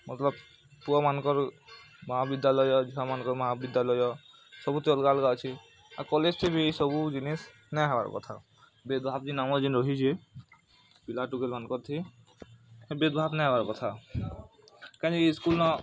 ମତଲବ୍ ପୁଅ ମାନଙ୍କର୍ ମହାବିଦ୍ୟାଲୟ ଝିଅ ମାନକର୍ ମହାବିଦ୍ୟାଲୟ ସବୁଥି ଅଲଗା ଅଲଗା ଅଛି ଆଉ କଲେଜ୍ ଥେ ବି ସବୁ ଜିନିଷ୍ ନାଇଁ ହବାର୍ କଥା ଭେଦ ଭାବ ରହିଛେ ପିଲା ଟୁକେଲ୍ ମାନକର୍ ଥି ହେ ଭେଦ ଭାବ ନାଇଁ ହବାର୍ କଥା କାହିଁଯେ ସ୍କୁଲ୍ ନ